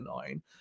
nine